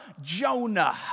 jonah